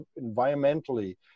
environmentally